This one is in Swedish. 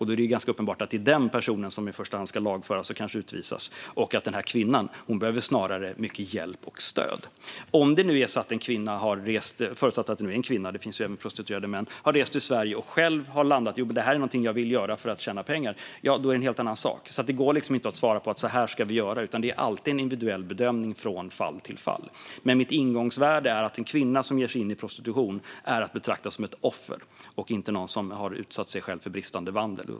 Då är det ju ganska uppenbart att det är den personen som i första hand ska lagföras och kanske utvisas, medan kvinnan snarare behöver mycket hjälp och stöd. Om det nu är så att en kvinna - förutsatt att det är en kvinna; det finns ju även prostituerade män - har rest till Sverige och själv landat i att hon vill göra detta för att tjäna pengar är det en helt annan sak. Det går alltså inte att svara på hur vi ska vi göra, utan det är alltid en individuell bedömning från fall till fall. Mitt ingångsvärde är dock att en kvinna som ger sig in i prostitution är att betrakta som ett offer och inte någon som har utsatt sig själv för bristande vandel.